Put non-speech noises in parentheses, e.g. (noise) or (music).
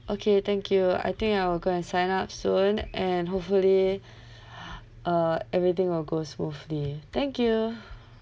okay thank you I think I will go and sign up soon and hopefully (breath) uh everything will go smoothly thank you